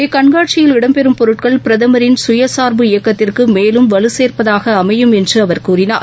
இக்கண்காட்சியில் இடம் பெறும் பொருட்கள் பிரதமரின் சுயசார்புஇயக்கத்திற்கு மேலும் வலுசேர்ப்பதாக அமையும் என்று அவர் கூறினார்